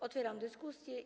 Otwieram dyskusję.